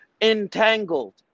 Entangled